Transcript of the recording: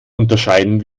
unterscheiden